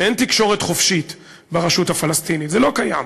שאין תקשורת חופשית ברשות הפלסטינית, זה לא קיים.